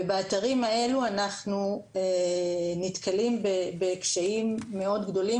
באתרים האלו אנחנו נתקלים בקשיים מאוד גדולים